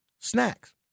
snacks